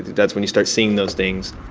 that's when you start seeing those things.